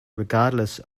regardless